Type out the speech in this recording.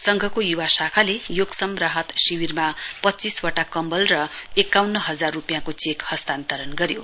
संघको युवा शाखाले योक्सम राहत शिविरमा पच्चीस वटा कम्बल र एकाउन्न हजार रुपियाँको चेक हस्तान्तरण गऱ्यो